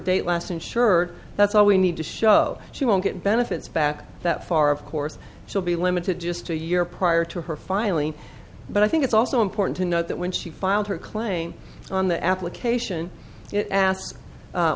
date last i'm sure that's all we need to show she won't get benefits back that far of course she'll be limited just to a year prior to her filing but i think it's also important to note that when she filed her claim on the application